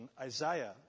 Isaiah